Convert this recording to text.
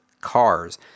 cars